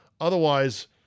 Otherwise